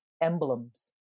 emblems